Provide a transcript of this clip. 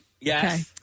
Yes